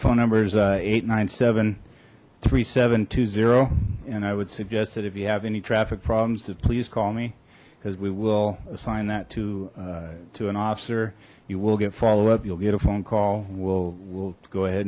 phone numbers eight nine seven three seven two zero and i would suggest that if you have any traffic problems to please me because we will assign that to to an officer you will get follow up you'll get a phone call we'll go ahead